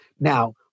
Now